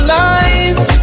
life